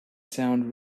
sound